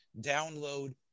download